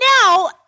now